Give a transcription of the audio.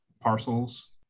parcels